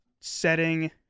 setting